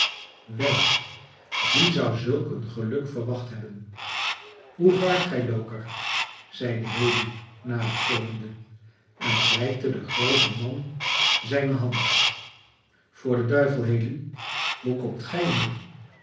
wel wie zou zulk een geluk verwacht hebben hoe vaart gij loker zeide haley naderkomende en reikte den groven man zijne hand voor den duivel haley hoe komt gij hier